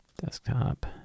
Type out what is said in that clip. desktop